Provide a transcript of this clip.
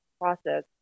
process